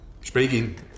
Speaking